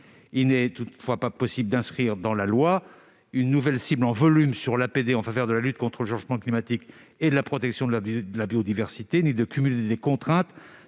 Il n'est toutefois pas possible d'inscrire dans la loi une nouvelle cible en volume sur l'APD en faveur de la lutte contre le changement climatique et de la protection de la biodiversité. Il serait tout aussi